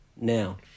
Now